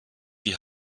die